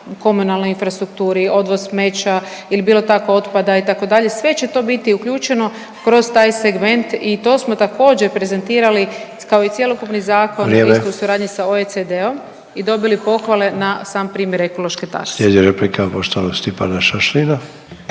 komunalnoj infrastrukturi, odvoz smeća ili bilo tako otpada, itd., sve će to biti uključeno kroz taj segment i to smo također prezentirali, kao i cjelokupni zakon…/Upadica Sanader: Vrijeme./… isto u suradnji sa OECD-om i dobili pohvale na sam primjer ekološke takse.